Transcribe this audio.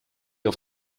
auf